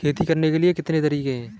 खेती करने के कितने तरीके हैं?